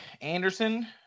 Anderson